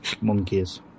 monkeys